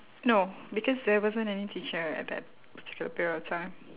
no because there wasn't any teacher at that particular period of time